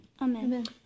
Amen